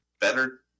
better